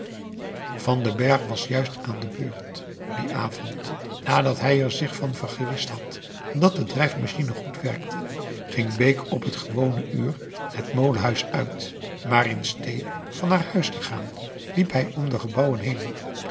van den berg was juist aan de beurt dien avond nadat hij er zich van vergewist had dat de drijfmachine goed werkte ging bake op het augusta de wit orpheus in de dessa gewone uur het molenhuis uit maar in stee van naar huis te gaan liep hij om de gebouwen heen